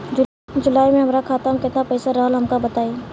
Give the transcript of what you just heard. जुलाई में हमरा खाता में केतना पईसा रहल हमका बताई?